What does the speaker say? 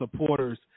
supporters